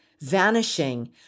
vanishing